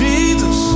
Jesus